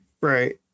Right